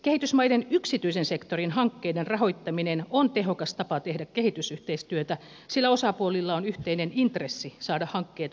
kehitysmaiden yksityisen sektorin hankkeiden rahoittaminen on tehokas tapa tehdä kehitysyhteistyötä sillä osapuolilla on yhteinen intressi saada hankkeet onnistumaan